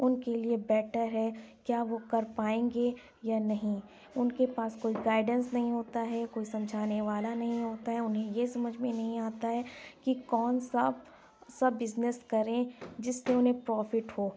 اُن کے لیے بیٹر ہے کیا وہ کر پائیں گے یا نہیں اُن کے پاس کوئی گائیڈینس نہیں ہوتا ہے کوئی سمجھانے والا نہیں ہوتا ہے اُنہیں یہ سمجھ میں نہیں آتا ہے کہ کون سا سا بزنس کریں جس سے اُنہیں پروفٹ ہو